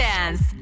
Dance